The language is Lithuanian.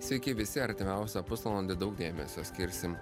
sveiki visi artimiausią pusvalandį daug dėmesio skirsim